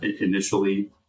initially